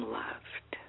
loved